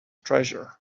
treasure